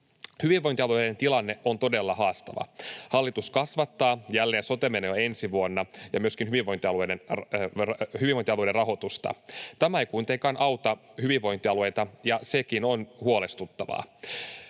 Hyvinvointialueiden tilanne on todella haastava. Hallitus kasvattaa sote-menoja jälleen ensi vuonna ja myöskin hyvinvointialueiden rahoitusta. Tämä ei kuitenkaan auta hyvinvointialueita, ja sekin on huolestuttavaa.